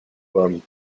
juan